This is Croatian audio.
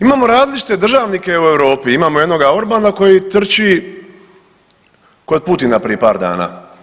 Imamo različite državnike u Europi, imamo jednoga Orbana koji trči ko i Putina prije par dana.